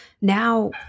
now